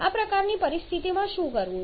આ પ્રકારની પરિસ્થિતિમાં શું કરવું